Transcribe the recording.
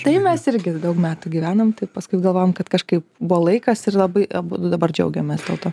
tai mes irgi daug metų gyvenom taip paskui galvojom kad kažkaip buvo laikas ir labai abudu dabar džiaugiamės dėl to